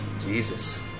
Jesus